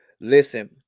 Listen